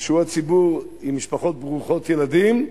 שהוא הציבור עם משפחות ברוכות ילדים,